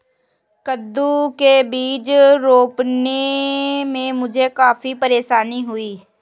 कद्दू के बीज रोपने में मुझे काफी परेशानी हुई